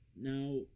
Now